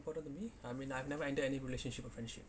put on to me I mean I've never ended any relationship or friendship